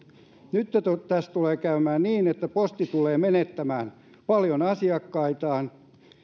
nyt tässä tulee käymään niin että posti tulee menettämään paljon asiakkaitaan